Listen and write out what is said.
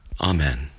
amen